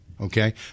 okay